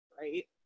right